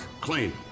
clean